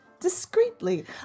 discreetly